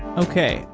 okay,